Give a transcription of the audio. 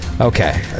Okay